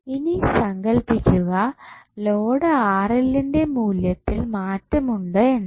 ഇനി സങ്കല്പിക്കുക ലോഡ് ന്റെ മൂല്യത്തിൽ മാറ്റമുണ്ട് എന്ന്